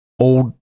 old